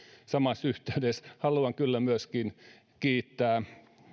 samassa yhteydessä haluan kyllä myöskin kiittää